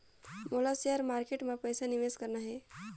मोला share market मां पइसा निवेश करना हे?